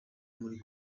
muri